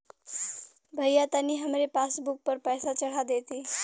भईया तनि हमरे पासबुक पर पैसा चढ़ा देती